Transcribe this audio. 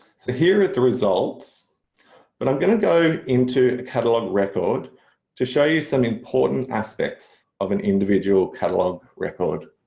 so here are the results but i'm going to go into a catalogue record to show you some important aspects of an individual catalogue record.